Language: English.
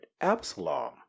Absalom